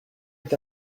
est